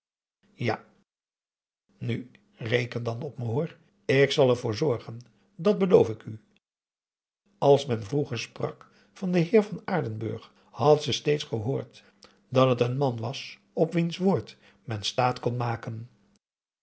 ja nu reken dan op me hoor ik zal er voor zorgen dat beloof ik u als men vroeger sprak van den heer van aardenburg p a daum hoe hij raad van indië werd onder ps maurits had ze steeds gehoord dat het een man was op wiens woord men staat kon maken